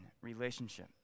relationship